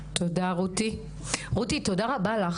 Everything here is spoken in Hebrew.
רותי, תודה רבה לך.